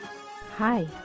hi